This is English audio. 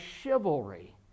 chivalry